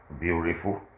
Beautiful